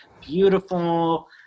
beautiful